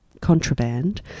contraband